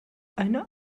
eine